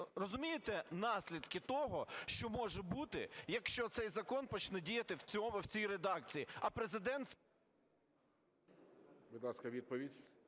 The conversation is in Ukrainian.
розумієте наслідки того, що може бути, якщо цей закон почне діяти в цій редакції, а Президент… ГОЛОВУЮЧИЙ. Будь ласка, відповідь.